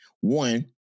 One